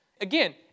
Again